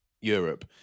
Europe